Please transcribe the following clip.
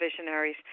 visionaries